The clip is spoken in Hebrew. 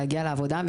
להגיע לעבודה.